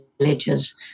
villages